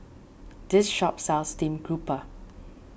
this shop sells Stream Grouper